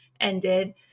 ended